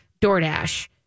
DoorDash